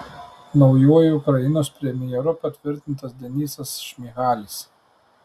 naujuoju ukrainos premjeru patvirtintas denysas šmyhalis